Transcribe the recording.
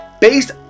based